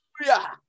Hallelujah